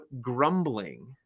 grumbling